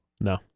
No